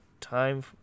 time